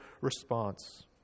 response